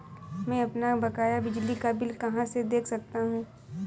मैं अपना बकाया बिजली का बिल कहाँ से देख सकता हूँ?